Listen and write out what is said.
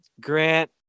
Grant